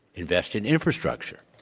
invest in infrastructure.